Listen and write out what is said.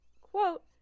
quote